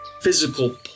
physical